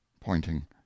pointing